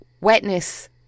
wetness